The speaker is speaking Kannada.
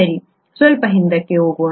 ಸರಿ ಸ್ವಲ್ಪ ಹಿಂದಕ್ಕೆ ಹೋಗೋಣ